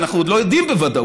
ואנחנו עוד לא יודעים בוודאות,